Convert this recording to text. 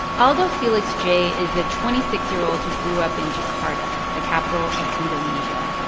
alldo fellix j. is a twenty six year old who grew up in jakarta, the capital of indonesia.